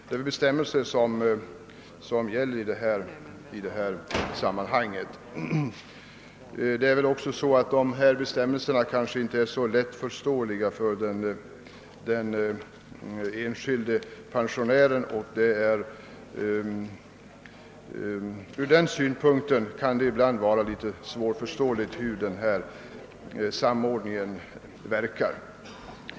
De bestämmelser som gäller i detta avseende är kanske inte så lätta att förstå för den enskilde pensionären, och samordningen kan därför ibland verka något underlig.